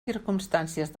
circumstàncies